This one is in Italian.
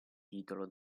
titolo